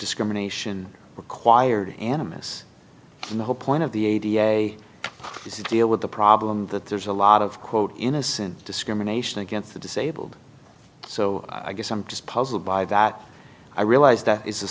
discrimination required animists and the whole point of the a da is deal with the problem that there's a lot of quote innocent discrimination against the disabled so i guess i'm just puzzled by that i realize that is a